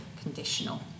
conditional